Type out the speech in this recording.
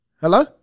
Hello